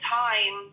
time